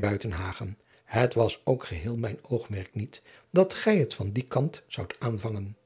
buitenhagen het was ook geheel mijn oogmerk niet dat gij het van dien kant zoudt aanvangen